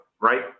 right